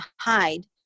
hide